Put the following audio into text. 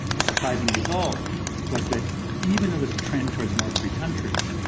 the surprising result was, that even though there's a trend towards more free countries,